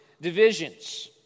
divisions